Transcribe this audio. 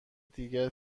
دیگر